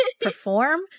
Perform